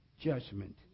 judgment